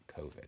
COVID